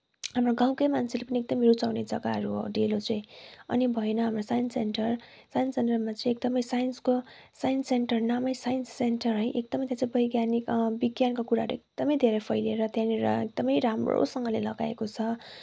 हाम्रो गाउँकै मान्छेले पनि एकदमै रुचाउने जग्गाहरू हो डेलो चाहिँ अनि भएन हाम्रो साइन्स सेन्टर साइन्स सेन्टरमा चाहिँ एकदमै साइन्सको साइन्स सेन्टर नामै साइन्स सेन्टर है एकदमै त्यहाँ चाहिँ वैज्ञानिक विज्ञानको कुराहरू एकदमै धेरै फैलिएर त्यहाँनिर एकदमै राम्रोसँगले लगाएको छ